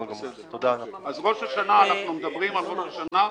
אז אנחנו מדברים על ראש השנה.